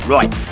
Right